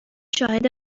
شاهد